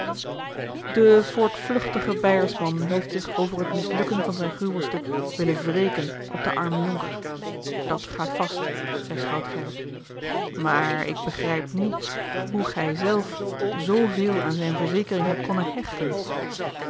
de voortvluchtige beiersman heeft zich over het mislukken van zijn gruwelstuk willen wreken op den armen jonker dat gaat vast zeî schout gerrit maar ik begrijp niet hoe gij zelf zooveel aan zijne verzekering hebt konnen hechten